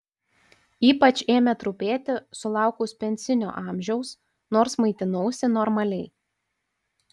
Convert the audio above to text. ypač ėmė trupėti sulaukus pensinio amžiaus nors maitinausi normaliai